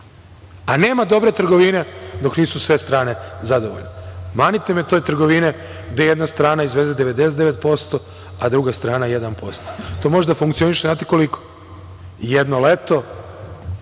A nema dobre trgovine dok nisu sve strane zadovoljne. Manite me te trgovine gde jedna strana izveze 99% a druga strana 1%. Znate koliko to može da funkcioniše? Jedno leto